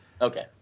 Okay